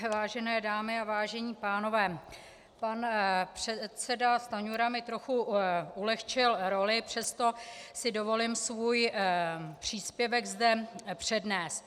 Vážené dámy a vážení pánové, pan předseda Stanjura mi trochu ulehčil roli, přesto si dovolím svůj příspěvek zde přednést.